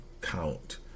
count